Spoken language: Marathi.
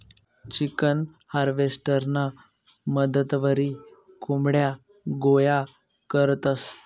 चिकन हार्वेस्टरना मदतवरी कोंबड्या गोया करतंस